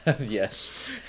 Yes